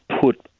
put